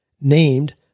named